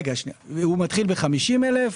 50,000,